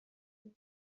بود